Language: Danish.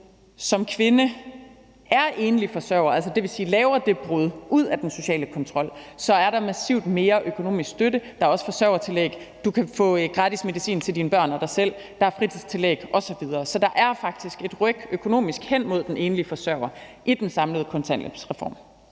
som kvinde er enlig forsørger, altså det vil sige, hvis du laver det brud med den sociale kontrol. Der er også forsørgertillæg, og du kan få gratis medicin til dine børn og dig selv, og der er fritidstillæg osv. Så der er faktisk et økonomisk ryk hen mod den enlige forsørger i den samlede kontanthjælpsreform.